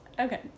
Okay